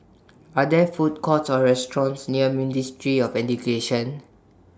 Are There Food Courts Or restaurants near Ministry of Education